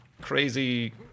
crazy